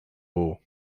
buc